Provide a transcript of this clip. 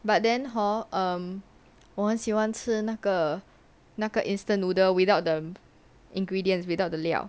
but then hor um 我很喜欢吃那个那个 instant noodles without the ingredients without the 料